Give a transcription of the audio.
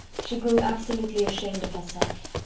she grew absolutely ashamed of herself.